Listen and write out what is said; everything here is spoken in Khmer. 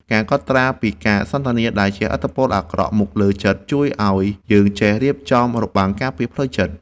ការកត់ត្រាពីការសន្ទនាដែលជះឥទ្ធិពលអាក្រក់មកលើចិត្ត ជួយឱ្យយើងចេះរៀបចំរបាំងការពារផ្លូវចិត្ត។